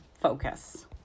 focus